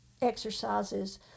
exercises